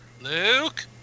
Luke